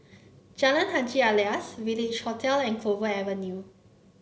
Jalan Haji Alias Village Hotel and Clover Avenue